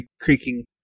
creaking